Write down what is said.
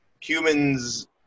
humans